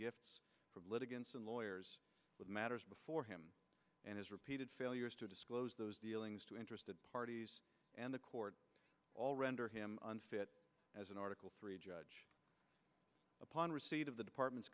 igants and lawyers with matters before him and his repeated failure to disclose those dealings to interested parties and the court all render him unfit as an article three judge upon receipt of the department